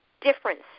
difference